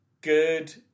Good